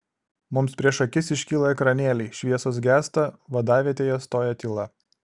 mums prieš akis iškyla ekranėliai šviesos gęsta vadavietėje stoja tyla